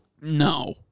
No